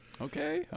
Okay